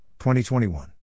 2021